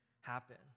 happen